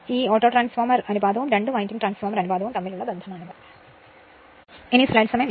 autotransformer ratioയും രണ്ട് winding transformer അനുപാതവും തമ്മിലുള്ള ബന്ധമാണിത്